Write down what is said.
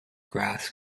grass